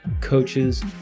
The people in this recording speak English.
coaches